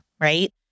right